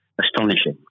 astonishing